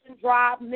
Drive